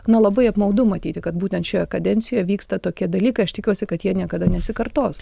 na labai apmaudu matyti kad būtent šioje kadencijoj vyksta tokie dalykai aš tikiuosi kad jie niekada nesikartos